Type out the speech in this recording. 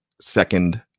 second